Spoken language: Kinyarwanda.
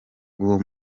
uwo